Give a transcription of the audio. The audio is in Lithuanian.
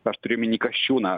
aš turiu omeny kasčiūną